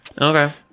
Okay